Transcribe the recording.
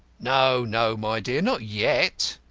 no, no, my dear, not yet,